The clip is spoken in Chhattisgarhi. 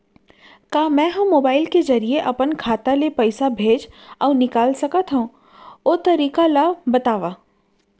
का मै ह मोबाइल के जरिए अपन खाता ले पइसा भेज अऊ निकाल सकथों, ओ तरीका ला बतावव?